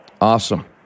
Awesome